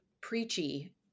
preachy